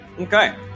Okay